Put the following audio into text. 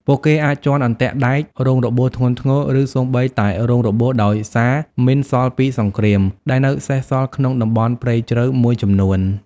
ពួកគេអាចជាន់អន្ទាក់ដែក រងរបួសធ្ងន់ធ្ងរ ឬសូម្បីតែរងរបួសដោយសារ មីនសល់ពីសង្គ្រាម ដែលនៅសេសសល់ក្នុងតំបន់ព្រៃជ្រៅមួយចំនួន។